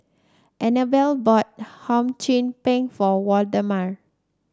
Anabelle bought Hum Chim Peng for Waldemar